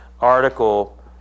article